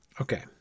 Okay